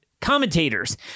commentators